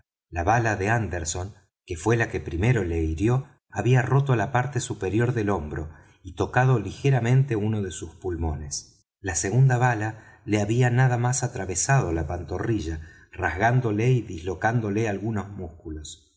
la bala de ánderson que fué la que primero le hirió había roto la parte superior del hombro y tocado ligeramente uno de los pulmones la segunda bala le había nada más atravesado la pantorrilla rasgándole y dislocándole algunos músculos